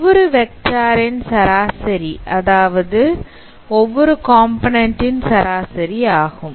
ஒவ்வொரு வெக்டார் ன் சராசரி அதாவது ஒவ்வொரு காம்போநன்ண்ட் ன் சராசரி ஆகும்